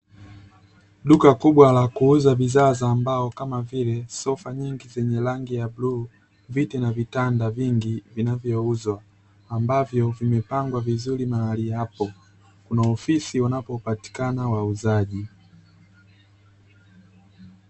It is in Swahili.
Duka kubwa la kuuza bidhaa za mbao kama vile sofa nyingi zenye rangi ya bluu, viti na vitanda vinavyouzwa, ambavyo vimepangwa vizuri mahali hapo. Kuna ofisi wanapopatikana wauzaji.